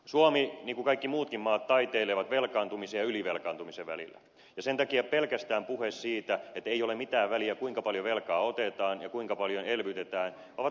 suomi niin kuin kaikki muutkin maat taiteilee velkaantumisen ja ylivelkaantumisen välillä ja sen takia pelkästään puhe siitä että ei ole mitään väliä kuinka paljon velkaa otetaan ja kuinka paljon elvytetään on vastuutonta